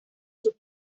sus